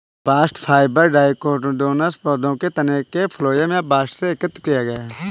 bast fibre dicotyledonous पौधों के तने के फ्लोएम या बस्ट से एकत्र किया गया है